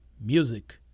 music